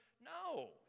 no